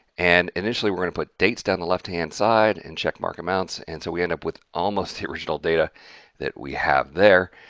and initially we're going to put dates down the left hand side and check mark amounts, and so we end up with almost the original data that we have there.